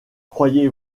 croyez